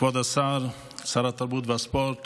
כבוד שר התרבות והספורט